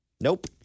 Nope